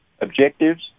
objectives